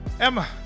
Emma